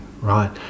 right